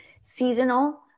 seasonal